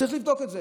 צריך לבדוק את זה.